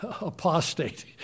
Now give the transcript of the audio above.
apostate